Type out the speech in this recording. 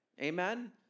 Amen